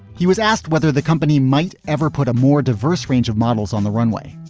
he was asked whether the company might ever put a more diverse range of models on the runway.